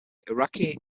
iraqi